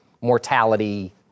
mortality